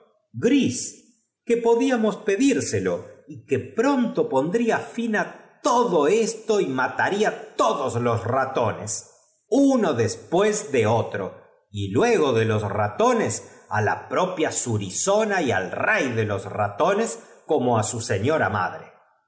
gris que podíamos pedirselo y que pronto pondría fin á todo esto y mataría todos los ratones uno después de otro y luego de los ratones á la propia surizona y al rey de los ratones como á siempre crela estar viendo abiertas las su señora madre